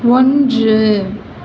ஒன்று